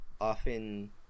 often